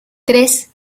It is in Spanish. tres